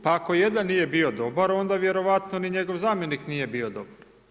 Pa ako jedan nije bio dobar, onda vjerovatno ni njegov zamjenik nije bio dobar.